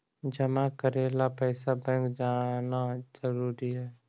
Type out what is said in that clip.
जमा करे ला पैसा बैंक जाना जरूरी है?